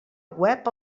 web